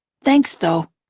thanks, though.